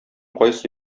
кайсы